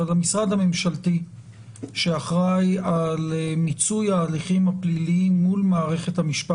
אבל המשרד הממשלתי שאחראי על מיצוי ההליכים הפליליים מול מערכת המשפט,